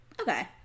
okay